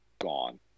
gone